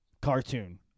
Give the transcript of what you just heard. Cartoon